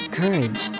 courage